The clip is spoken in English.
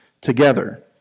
together